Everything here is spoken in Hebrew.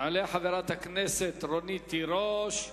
תעלה חברת הכנסת רונית תירוש,